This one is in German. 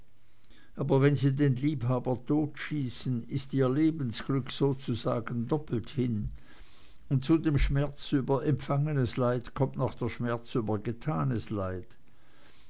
aber wenn sie den liebhaber totschießen ist ihr lebensglück sozusagen doppelt hin und zu dem schmerz über empfangenes leid kommt noch der schmerz über getanes leid